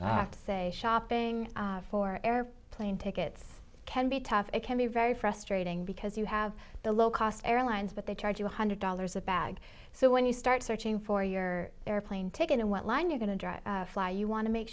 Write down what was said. to say shopping for air plane tickets can be tough it can be very frustrating because you have the low cost airlines but they charge you one hundred dollars a bag so when you start searching for your airplane ticket and what line you're going to drive fly you want to make